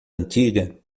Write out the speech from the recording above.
antiga